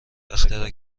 اختراع